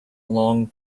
long